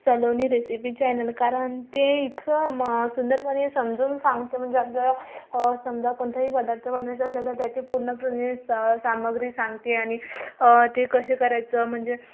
Saloni recipe channel कारण ते इतकं म सुंदरपणे समजून सांगते म्हणजे अग समजा कोणताही पदार्थ बनवायचा असेल तर त्याची पूर्णपणे सा सामग्री सांगते आणि ती कशी करायचं म्हणजे